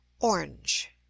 orange